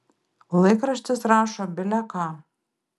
laikraštis rašo bile ką